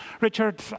Richard